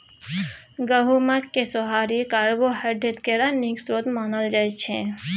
गहुँमक सोहारी कार्बोहाइड्रेट केर नीक स्रोत मानल जाइ छै